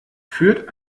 führt